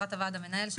חברת הוועד המנהל.